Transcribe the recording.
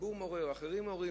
הציבור מעורר, האחרים מעוררים.